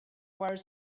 were